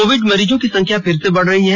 Covid मरीजों की संख्या फिर से बढ़ रही है